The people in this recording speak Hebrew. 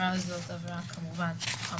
בעבירה הזאת עבירה כמובן חמורה.